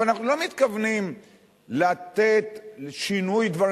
אבל אנחנו לא מתכוונים לתת שינוי דברים.